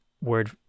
word